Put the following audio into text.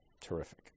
Terrific